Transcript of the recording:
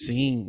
Sim